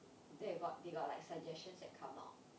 they got they got like suggestions that come out